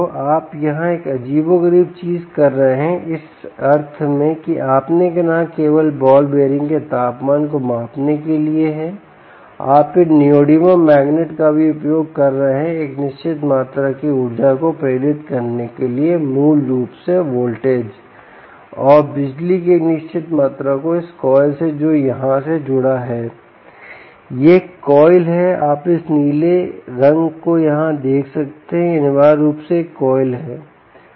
आप यहां एक अजीबोगरीब चीज कर रहे हैं इस अर्थ में कि आप न केवल बॉल बेयरिंग के तापमान को मापने के लिए हैं आप इन नियोडिमियम मैग्नेट का भी उपयोग कर रहे हैं एक निश्चित मात्रा की ऊर्जा के प्रेरित करने के लिए मूल रूप से वोल्टेज और बिजली की एक निश्चित मात्रा को इस कॉइल से जो यहां से जुड़ा है यह कॉइल है आप इस नीले एक नीले रंग को यहां देख सकते हैं यह अनिवार्य रूप से एक कॉइल है